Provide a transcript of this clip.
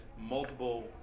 multiple